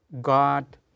God